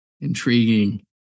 intriguing